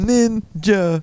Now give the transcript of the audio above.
Ninja